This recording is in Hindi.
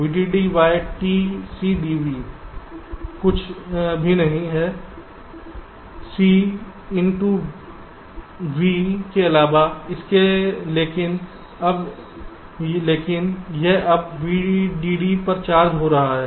VDD by T C dV कुछ भी नहीं है C इन टू V के अलावा लेकिन यह अब VDD तक चार्ज हो रहा है